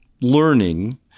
learning